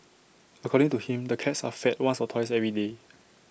according to him the cats are fed once or twice every day